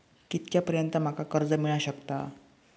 कितक्या पर्यंत माका कर्ज मिला शकता?